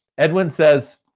edwin says,